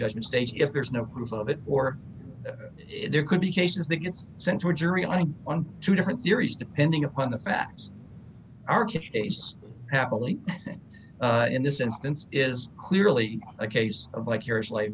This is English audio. judgement stage if there is no proof of it or there could be cases that gets sent to a jury and on two different theories depending upon the facts are to happily in this instance is clearly a case of like you're a slave